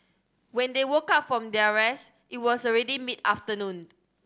when they woke up from their rest it was already mid afternoon